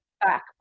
back